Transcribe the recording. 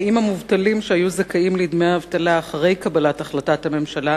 האם המובטלים שהיו זכאים לדמי אבטלה אחרי קבלת החלטת הממשלה,